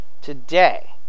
Today